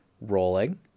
rolling